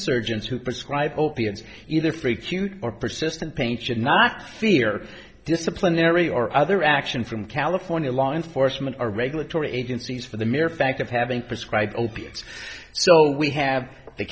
surgeons who prescribe opiates either free cute or persistent pain should not fear disciplinary or other action from california law enforcement or regulatory agencies for the mere fact of having prescribe opiates so we have the